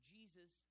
Jesus